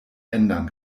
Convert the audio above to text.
ändern